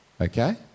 Okay